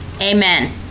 Amen